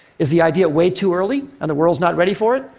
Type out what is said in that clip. is the idea way too early and the world's not ready for it?